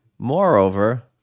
Moreover